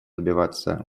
добиваться